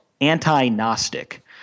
anti-Gnostic